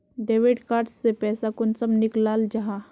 Debit card से पैसा कुंसम निकलाल जाहा?